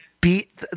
beat